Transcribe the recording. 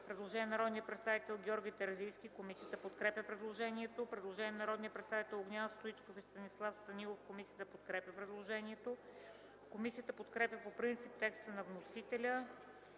Предложение на народния представител Георги Терзийски. Комисията подкрепя предложението. Предложение на народните представители Огнян Стоичков и Станислав Станилов. Комисията подкрепя предложението. Комисията подкрепя по принцип текста на вносителя